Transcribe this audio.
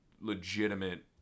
legitimate